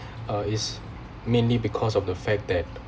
uh it's mainly because of the fact that